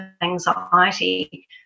anxiety